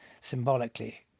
symbolically